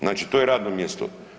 Znači to je radno mjesto.